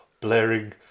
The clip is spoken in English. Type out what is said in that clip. blaring